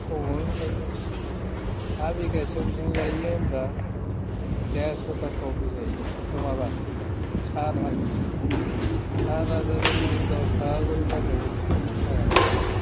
खमानो थाइबा हा बिगासेयाव बेसेबां जायो होनबा देरस'था कबि जायो माबा सात हाजाराव नों दस थाखा खरि फानबाबो बेसेबां थाखा जायो